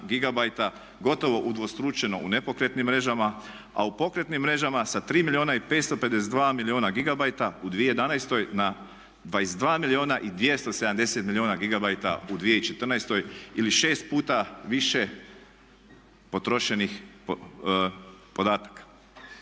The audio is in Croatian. gotovo udvostručeno u nepokretnim mrežama, a u pokretnim mrežama sa 3 milijuna i 552 milijuna gigabajta u 2011. na 22 milijuna i 270 milijuna gigabajta u 2014. ili 6 puta više potrošenih podataka.